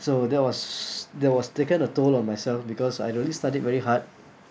so that was that was taken a toll on myself because I really studied very hard